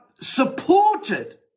supported